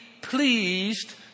pleased